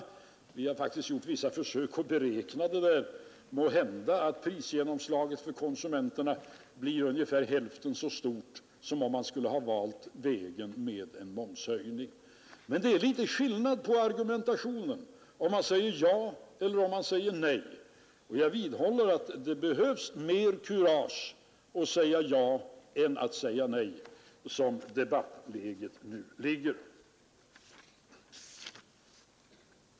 Vi har faktiskt gjort vissa försök att beräkna det där. Måhända blir prisgenomslaget för konsumenterna ungefär hälften så stort som om man skulle ha valt vägen med en momshöjning. Men det är litet skillnad på argumentationen om man säger ja eller nej. Jag vidhåller att det behövs mer kurage att säga ja än att säga nej, som debattläget nu är.